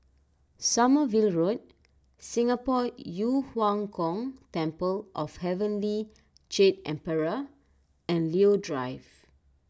Sommerville Road Singapore Yu Huang Gong Temple of Heavenly Jade Emperor and Leo Drive